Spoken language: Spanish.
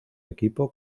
equipo